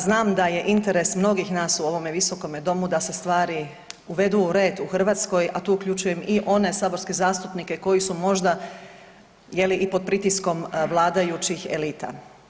Znam da je interes mnogih nas u ovome Visokome domu da se stvari uvedu u red u Hrvatskoj, a tu uključujem i one saborske zastupnike koji su možda je li i pod pritiskom vladajućih elita.